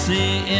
See